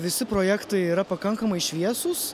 visi projektai yra pakankamai šviesūs